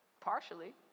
Partially